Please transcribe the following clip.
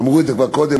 אמרו את זה כבר קודם,